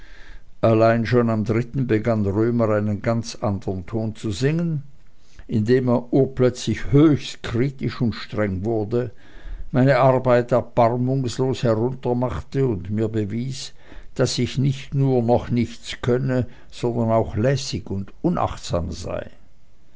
allein schon am dritten begann römer einen ganz anderen ton zu singen indem er urplötzlich höchst kritisch und streng wurde meine arbeit erbarmungslos heruntermachte und mir bewies daß ich nicht nur noch nichts könne sondern auch lässig und unachtsam sei